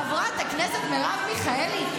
חברת הכנסת מרב מיכאלי,